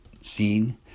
seen